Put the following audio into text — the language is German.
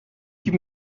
gib